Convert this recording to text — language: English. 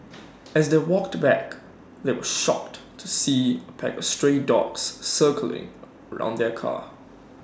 as they walked back they were shocked to see A pack of stray dogs circling around their car